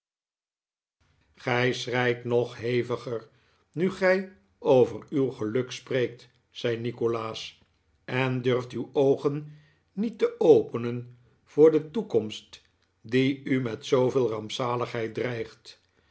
gij schreit nog heviger nu gij over uw geluk spreekt zei nikolaas en durft uw oogen niet te openen voor de toekomst die u met zooveel rampzaligheid dreigt